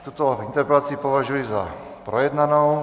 Tuto interpelaci považuji za projednanou.